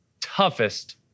toughest